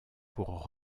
pour